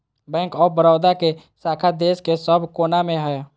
bank of Baroda के शाखा देश के सब कोना मे हय